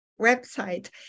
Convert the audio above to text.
website